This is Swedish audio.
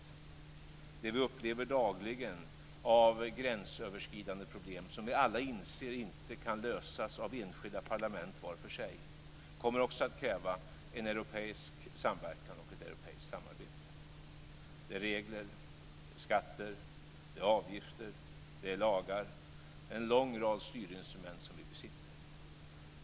Det som vi upplever dagligen av gränsöverskridande problem, som vi alla inser inte kan lösas av enskilda parlament var för sig, kommer också att kräva en europeisk samverkan och ett europeiskt samarbete. Det är regler, skatter, avgifter, lagar - en lång rad styrinstrument som vi besitter.